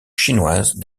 chinoise